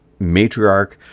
matriarch